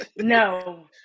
No